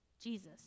Jesus